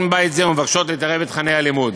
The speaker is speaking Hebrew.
מבית זה ומבקשות להתערב בתוכני הלימוד.